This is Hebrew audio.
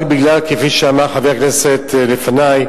רק בגלל, כפי שאמר חבר הכנסת לפני,